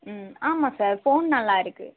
ம் ஆமாம் sir phone நல்லாருக்கு